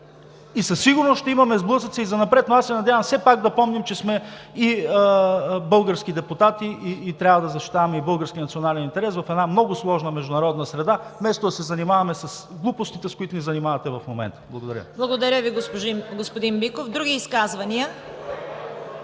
и със сигурност ще имаме сблъсъци и занапред, но аз се надявам все пак да помним, че сме български депутати и трябва да защитаваме българския национален интерес в една много сложна международна среда вместо да се занимаваме с глупостите, с които ни занимавате в момента. Благодаря. ПРЕДСЕДАТЕЛ ЦВЕТА КАРАЯНЧЕВА: Благодаря Ви, господин Биков.